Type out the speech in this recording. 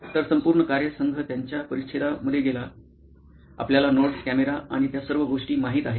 तर संपूर्ण कार्यसंघ त्यांच्या परिच्छेदामध्ये गेला आपल्याला नोट्स कॅमेरा आणि त्या सर्व गोष्टी माहित आहेत